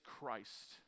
Christ